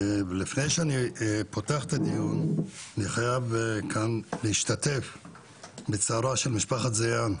לפני שפותח את הדיון אני חייב כאן להשתתף בצערה של משפחת זיאן,